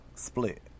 split